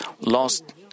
lost